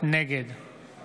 נגד